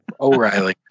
O'Reilly